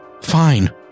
Fine